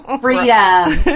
freedom